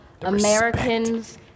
Americans